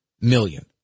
Million